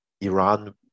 Iran